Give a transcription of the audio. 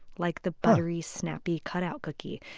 like the buttery, snappy cut-out cookie.